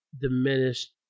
diminished